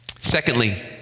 Secondly